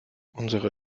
unsere